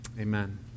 Amen